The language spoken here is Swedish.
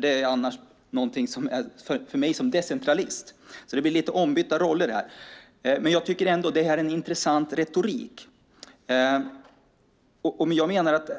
Det är ju annars inte någonting för mig som decentralist. Det blir alltså lite ombytta roller här. Jag tycker ändå att detta är en intressant retorik. Jag menar att